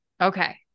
Okay